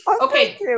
Okay